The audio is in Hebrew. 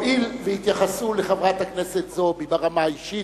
הואיל והתייחסו לחברת הכנסת זועבי ברמה האישית,